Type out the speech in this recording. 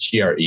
GRE